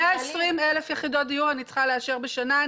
120,000 יחידות דיור אני צריכה לאשר בשנה.